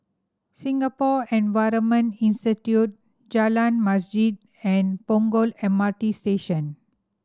Singapore Environment Institute Jalan Masjid and Punggol M R T Station